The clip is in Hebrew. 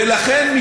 ולכן,